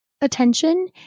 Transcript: attention